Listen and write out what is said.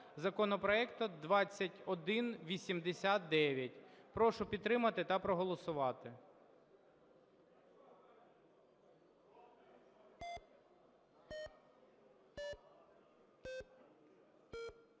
законопроекту 2189). Прошу підтримати та проголосувати.